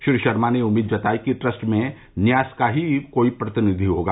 श्री शर्मा ने उम्मीद जताई कि ट्रस्ट में न्यास का ही कोई प्रतिनिधि होगा